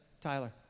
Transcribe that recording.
Tyler